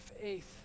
faith